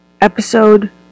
episode